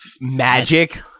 Magic